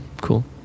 Cool